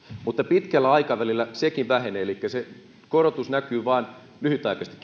mutta pitkällä aikavälillä sekin vaikutus vähenee elikkä se korotus näkyy vain lyhytaikaisesti